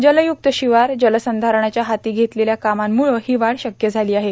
जलयुक्त शिवार जलसंधारणाच्या हाती घेतलेल्या कामांमुळं ही वाढ शक्य झाली आहे